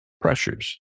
pressures